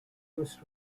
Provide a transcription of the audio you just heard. routes